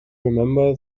remember